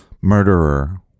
murderer